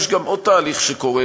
יש גם עוד תהליך שקורה,